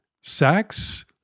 sex